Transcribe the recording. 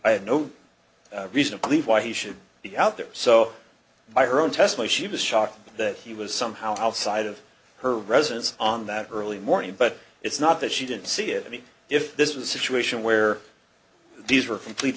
i have no reason to believe why he should be out there so by her own testimony she was shocked that he was somehow outside of her residence on that early morning but it's not that she didn't see it i mean if this was a situation where these were complete